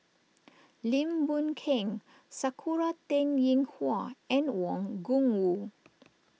Lim Boon Keng Sakura Teng Ying Hua and Wang Gungwu